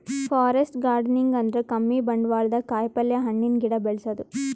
forest gardening ಅಂದ್ರ ಕಮ್ಮಿ ಬಂಡ್ವಾಳ್ದಾಗ್ ಕಾಯಿಪಲ್ಯ, ಹಣ್ಣಿನ್ ಗಿಡ ಬೆಳಸದು